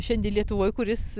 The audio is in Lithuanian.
šiandien lietuvoj kuris